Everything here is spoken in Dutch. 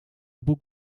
boek